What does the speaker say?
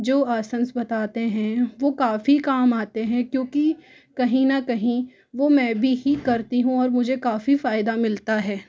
जो आसंस बताते हैं वो काफ़ी काम आते हैं क्योंकि कहीं ना कहीं वो मैं भी ही करती हूँ और मुझे काफ़ी फायदा मिलता है